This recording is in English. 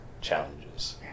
challenges